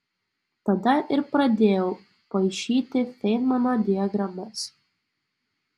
tada ir pradėjau paišyti feinmano diagramas